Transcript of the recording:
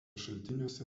šaltiniuose